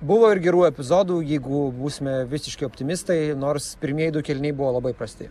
buvo ir gerų epizodų jeigu būsime visiški optimistai nors pirmieji du kėliniai buvo labai prasti